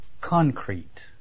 concrete